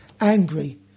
angry